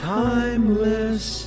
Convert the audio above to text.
timeless